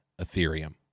Ethereum